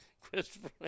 Christopher